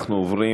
אנחנו עוברים